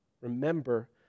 remember